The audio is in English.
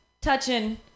touching